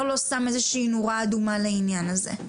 לא שם איזו שהיא נורה אדומה לעניין הזה.